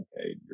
okay